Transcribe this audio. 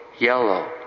Yellow